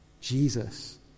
Jesus